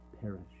perish